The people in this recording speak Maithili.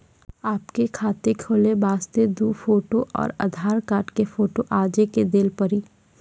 आपके खाते खोले वास्ते दु फोटो और आधार कार्ड के फोटो आजे के देल पड़ी?